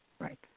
Right